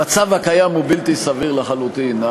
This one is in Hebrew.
המצב הקיים הוא בלתי סביר לחלוטין.